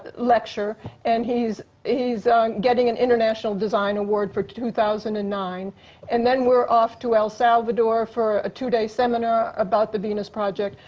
lecture and he's getting an international design award for two thousand and nine and then we're off to el salvador for a two days seminar about the venus project.